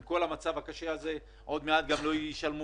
עם כל המצב הקשה הזה עוד מעט גם לא ישלמו